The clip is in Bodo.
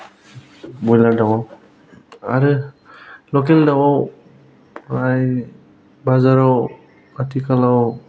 ब्रयलार दाउआव आरो लकेल दाउआव बाजाराव आथिखालाव